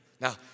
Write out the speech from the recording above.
Now